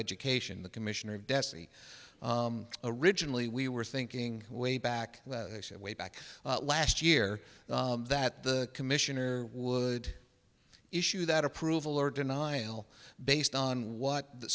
education the commissioner of dessie originally we were thinking way back way back last year that the commissioner would issue that approval or denial based on what the